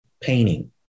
painting